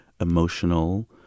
emotional